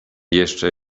jeszcze